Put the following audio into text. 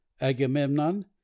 agamemnon